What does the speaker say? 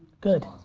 good.